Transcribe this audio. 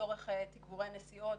לצורך תיגבורי נסיעות,